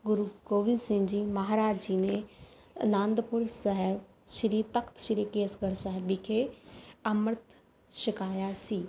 ਗੁਰੂ ਗੋਬਿੰਦ ਸਿੰਘ ਜੀ ਮਹਾਰਾਜ ਜੀ ਨੇ ਅਨੰਦਪੁਰ ਸਾਹਿਬ ਸ਼੍ਰੀ ਤਖ਼ਤ ਸ਼੍ਰੀ ਕੇਸਗੜ੍ਹ ਸਾਹਿਬ ਵਿਖੇ ਅੰਮ੍ਰਿਤ ਛਕਾਇਆ ਸੀ